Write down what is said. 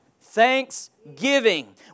Thanksgiving